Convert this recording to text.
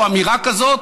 או אמירה כזאת.